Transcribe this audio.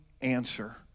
answer